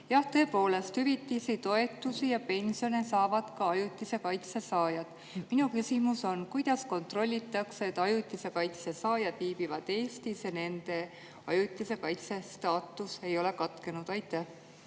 tõepoolest, hüvitisi, toetusi ja pensione saavad ka ajutise kaitse saajad. Minu küsimus on, kuidas kontrollitakse, et ajutise kaitse saajad viibivad Eestis ja nende ajutise kaitse staatus ei ole katkenud. Aitäh!